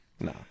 No